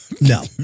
No